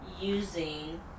using